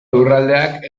lurraldeak